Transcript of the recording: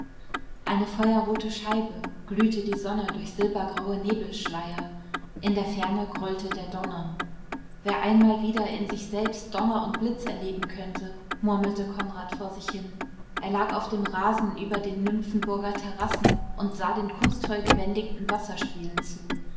eine feuerrote scheibe glühte die sonne durch silbergraue nebelschleier in der ferne grollte der donner wer einmal wieder in sich selbst donner und blitz erleben könnte murmelte konrad vor sich hin er lag auf dem rasen über den nymphenburger terrassen und sah den kunstvoll gebändigten wasserspielen zu